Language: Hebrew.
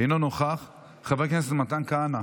אינו נוכח, חבר הכנסת מתן כהנא,